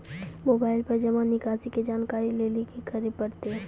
Mobile पर जमा निकासी के जानकरी लेली की करे परतै?